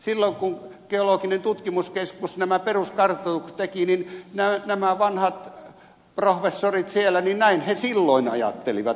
silloin kun geologian tutkimuskeskus nämä peruskartoitukset teki näin nämä vanhat professorit siellä silloin ajattelivat